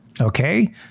Okay